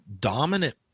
dominant